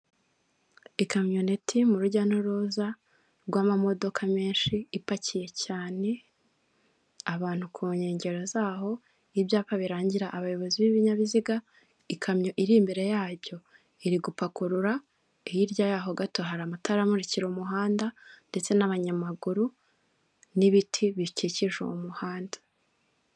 Ikinyabiziga kiri mu bwoko bw'ipikipiki gitwaye amacupa ya gaze akaba ariwe muntu wambaye umupira w'umukara ipantaro y'umukara n'inkweto zifite ibara ry'umukara akaba hari n'undi wambaye ishati y'amaboko magufi bifite ibara ry'umukara ririmo uturonko mu tw'umweru, ipantaro y'umukara ndetse n'inkweto z'umukara n'umweru.